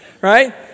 right